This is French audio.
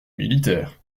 militaires